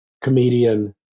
comedian